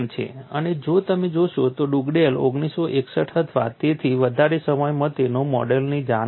અને જો તમે જોશો તો ડુગડેલે 1961 અથવા તેથી વધારે સમયમાં તેના મોડેલની જાણ કરી હતી